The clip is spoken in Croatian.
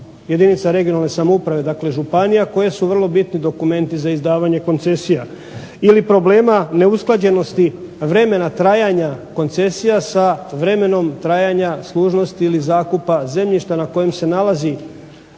jedinica regionalne samouprave, dakle županija koje su vrlo bitni dokumenti za izdavanje koncesija, ili problema neusklađenosti vremena trajanja koncesija sa vremenom trajanja služnosti ili zakupa zemljišta na kojem se nalazi